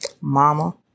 Mama